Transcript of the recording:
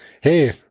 Hey